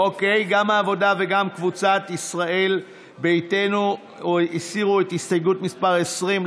גם העבודה וגם קבוצת ישראל ביתנו הסירו את הסתייגות מס' 20,